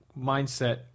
mindset